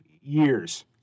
years